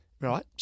right